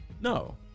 No